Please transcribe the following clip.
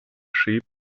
sheep